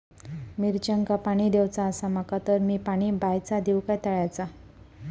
मिरचांका पाणी दिवचा आसा माका तर मी पाणी बायचा दिव काय तळ्याचा?